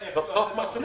אני מקווה שאני מבין.